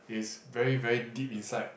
is very very deep inside